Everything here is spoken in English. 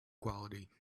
quality